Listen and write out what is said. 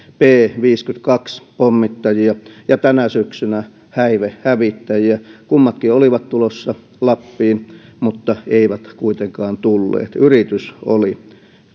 b viisikymmentäkaksi pommittajia ja tänä syksynä häivehävittäjiä kummatkin olivat tulossa lappiin mutta eivät kuitenkaan tulleet yritys oli